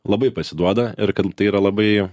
labai pasiduoda ir kad tai yra labai